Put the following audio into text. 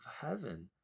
heaven